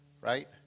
right